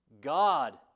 God